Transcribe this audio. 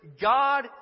God